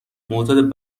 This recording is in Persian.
معتاد